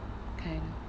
okay